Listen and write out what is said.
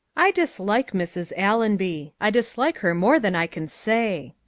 i dislike mrs. allonby. i dislike her more than i can say.